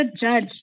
judge